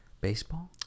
Baseball